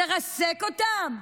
לרסק אותם?